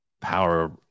power